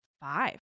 five